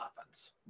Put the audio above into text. offense